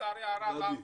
אם